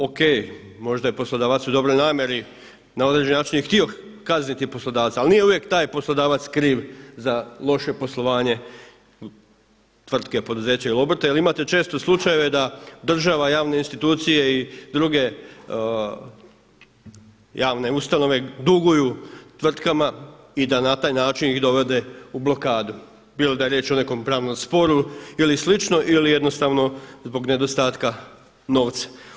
O.k. Možda je poslodavac u dobroj namjeri na određeni način je htio kazniti poslodavca, ali nije uvijek taj poslodavac kriv za loše poslovanje tvrtke, poduzeća ili obrta jer imate često slučajeve da država, javne institucije i druge javne ustanove duguju tvrtkama i da na taj način ih dovode u blokadu bilo da je riječ o nekom pravnom sporu ili slično ili jednostavno zbog nedostatka novca.